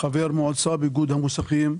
מועצה באיגוד המוסכים.